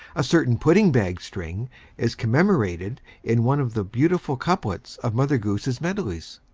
a certain pudding-bag string is commemorated in one of the beautiful couplets of mother goose's melodies.